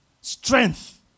strength